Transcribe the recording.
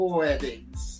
weddings